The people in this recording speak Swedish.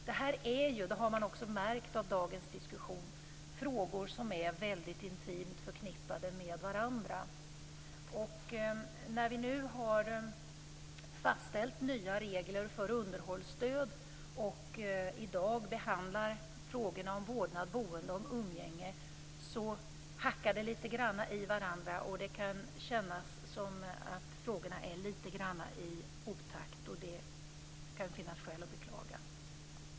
Det här är ju - det har man också märkt av dagens diskussion - frågor som är intimt förknippade med varandra. När vi nu har fastställt nya regler för underhållsstöd och i dag behandlar frågorna om vårdnad, boende och umgänge hackar de litet i varandra. Det kan kännas som om frågorna är litet i otakt. Det kan finnas skäl att beklaga detta.